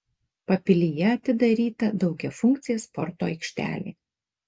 papilyje atidaryta daugiafunkcė sporto aikštelė